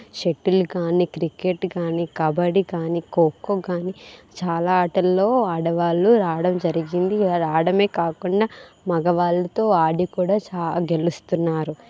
shuttle కానీ cricket కాని కబడ్డీ కానీ కోకో కానీ చాలా ఆటల్లో ఆడవాళ్లు రావడం జరిగింది రావడమే కాకుండా మగవాళ్ళుతో ఆడి కూడా చా గెలుస్తున్నారు